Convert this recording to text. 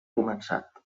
començat